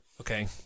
okay